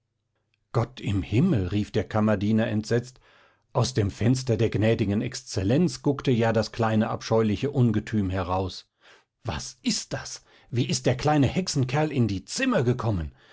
gott im himmel rief der kammerdiener entsetzt aus dem fenster der gnädigen exzellenz guckte ja das kleine abscheuliche ungetüm heraus was ist das wie ist der kleine hexenkerl in die zimmer gekommen